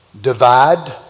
divide